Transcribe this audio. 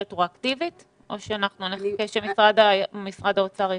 רטרואקטיבית או שנחכה שמשרד האוצר ישיב?